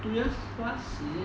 two years plus